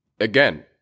again